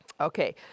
Okay